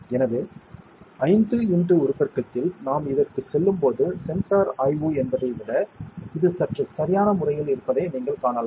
எனவே 5 x உருப்பெருக்கத்தில் நாம் இதற்குச் செல்லும் போது சென்சார் ஆய்வு என்பதை விட இது சற்று சரியான முறையில் இருப்பதை நீங்கள் காணலாம்